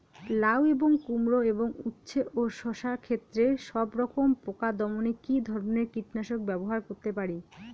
লাউ এবং কুমড়ো এবং উচ্ছে ও শসা ক্ষেতে সবরকম পোকা দমনে কী ধরনের কীটনাশক ব্যবহার করতে পারি?